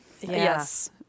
Yes